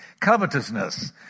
Covetousness